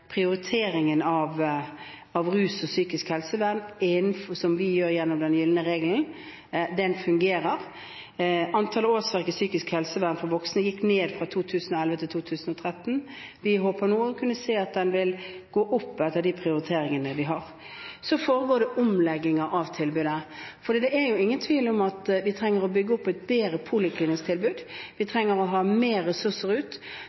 prioriteringen av rus og psykisk helsevern, som vi gjør gjennom den gylne regelen, fungerer. Antall årsverk i psykisk helsevern for voksne gikk ned fra 2011 til 2013. Vi håper å kunne se at den går opp etter de prioriteringene vi gjør. Det foregår omlegginger av tilbudet. Det er ingen tvil om at vi trenger å bygge opp et bedre poliklinisk tilbud. Vi trenger å ha flere ressurser ut.